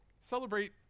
Celebrate